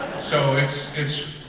so it's it's